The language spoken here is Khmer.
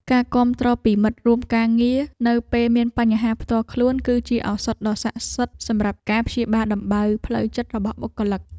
ការគាំទ្រពីមិត្តរួមការងារនៅពេលមានបញ្ហាផ្ទាល់ខ្លួន គឺជាឱសថដ៏ស័ក្តិសិទ្ធិសម្រាប់ការព្យាបាលដំបៅផ្លូវចិត្តរបស់បុគ្គលិក។